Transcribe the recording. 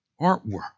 artwork